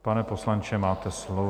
Pane poslanče, máte slovo.